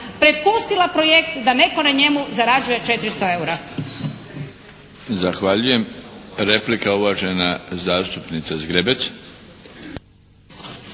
prepustila projekt da netko na njemu zarađuje 400 eura.